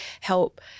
help